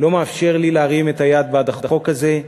לא מאפשר לי להרים את היד בעד החוק הזה,